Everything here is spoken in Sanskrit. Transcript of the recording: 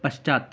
पश्चात्